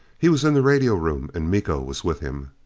he was in the radio room and miko was with him.